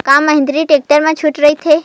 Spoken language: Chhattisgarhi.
का महिंद्रा टेक्टर मा छुट राइथे?